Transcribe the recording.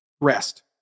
rest